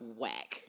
whack